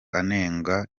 anenga